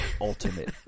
ultimate